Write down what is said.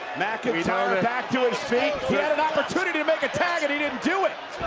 mcintyre back to his feet, get an opportunity to make a tag and he didn't do it.